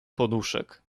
poduszek